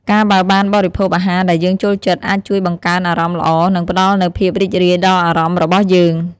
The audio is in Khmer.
ការបើបានបរិភោគអាហារដែលយើងចូលចិត្ត អាចជួយបង្កើនអារម្មណ៍ល្អ និងផ្តល់នូវភាពរីករាយដល់អារម្មណ៍របស់យើង។